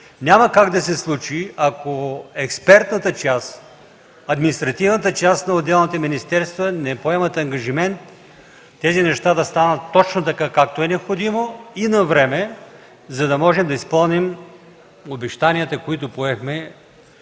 няма как да се случи, ако експертната част, административната част на отделните министерства не поемат ангажимент тези неща да станат точно така, както е необходимо и навреме, за да можем да изпълним обещанията, които поехме